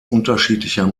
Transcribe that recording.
unterschiedlicher